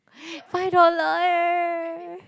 five dollar eh